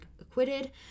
acquitted